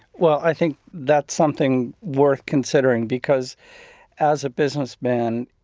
well, i think that's something worth considering because as a businessman,